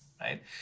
right